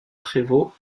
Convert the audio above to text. prévaut